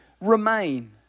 remain